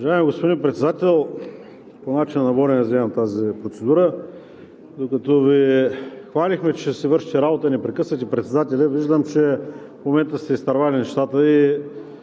Уважаеми господин Председател, по начина на водене вземам тази процедура. Докато Ви хвалехме, че си вършите работата, не прекъсвате председателя, виждам, че в момента сте изтървали нещата, и